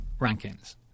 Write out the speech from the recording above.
rankings